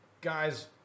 Guys